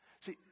See